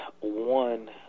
one